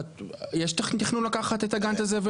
יש תכנון לקחת את הגאנט הזה,